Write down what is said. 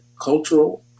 cultural